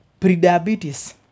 Prediabetes